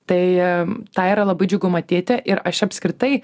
tai tą yra labai džiugu matyti ir aš apskritai